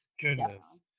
Goodness